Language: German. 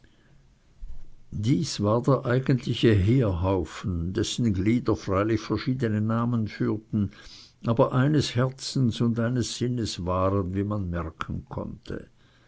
dies war der eigentliche heerhaufen dessen glieder freilich verschiedene namen führten aber eines herzens und eines sinnes waren wie man merken konnte